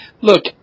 look